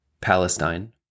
Palestine